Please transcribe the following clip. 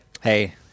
Hey